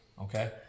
okay